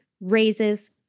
raises